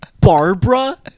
Barbara